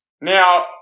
Now